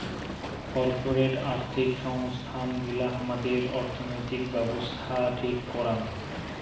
corporate আর্থিক সংস্থান গিলা হামাদের অর্থনৈতিক ব্যাবছস্থা ঠিক করাং